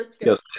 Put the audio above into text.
Yes